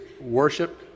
worship